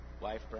wife